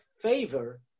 favor